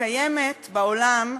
קיימת בעולם,